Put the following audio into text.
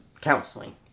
counseling